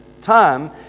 time